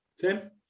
Tim